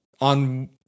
on